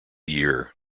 year